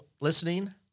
listening